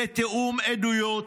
לתיאום עדויות